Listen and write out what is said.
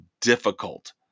difficult